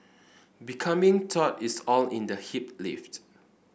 becoming taut is all in the hip lift